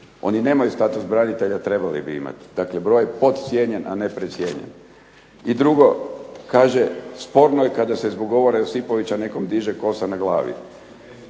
Oni nemaju status branitelja, a trebali bi imati. Dakle, broj je podcijenjen a ne precijenjen. I drugo, kaže sporno je kada se zbog govora Josipovića nekom diže kosa na glavi.